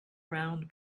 round